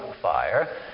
fire